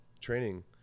training